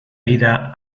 vida